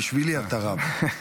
בשבילי אתה רב.